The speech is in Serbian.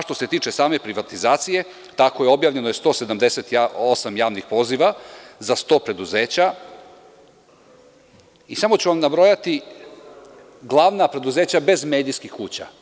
Što se tiče same privatizacije, tako je objavljeno 178 javnih poziva za 100 preduzeća, i samo ću vam nabrojati glavna preduzeća bez medijskih kuća.